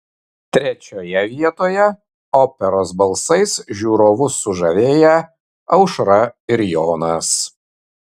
trečioje vietoje operos balsais žiūrovus sužavėję aušra ir jonas